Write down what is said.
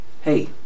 hey